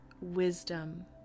wisdom